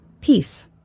Peace